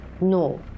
no